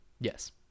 Yes